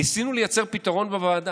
ניסינו לייצר פתרון בוועדה: